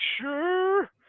sure